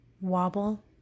wobble